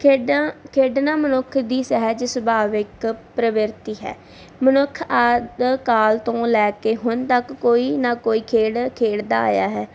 ਖੇਡਾਂ ਖੇਡਣਾ ਮਨੁੱਖ ਦੀ ਸਹਿਜ ਸੁਭਾਵਿਕ ਪ੍ਰਵਿਰਤੀ ਹੈ ਮਨੁੱਖ ਆਦਿ ਕਾਲ ਤੋਂ ਲੈ ਕੇ ਹੁਣ ਤੱਕ ਕੋਈ ਨਾ ਕੋਈ ਖੇਡ ਖੇਡਦਾ ਆਇਆ ਹੈ